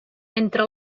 entra